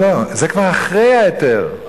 זה כבר אחרי ההיתר.